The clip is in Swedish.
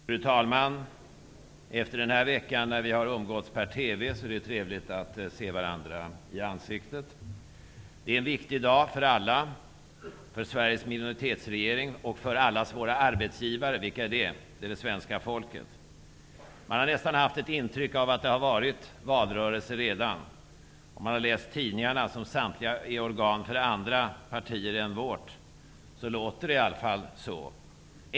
Fru talman! Efter att i en vecka ha umgåtts per TV är det trevligt att se varandra i ansiktet. Det här är en viktig dag för alla, för Sveriges minoritetsregering och för allas våra arbetsgivare. Vilka är då de? Det är det svenska folket. Man har nästan haft ett intryck av att det redan har varit valrörelse. När man läser tidningarna -- som samtliga är organ för andra partier än vårt -- låter det i alla fall så.